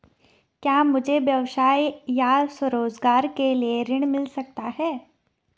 क्या मुझे व्यवसाय या स्वरोज़गार के लिए ऋण मिल सकता है?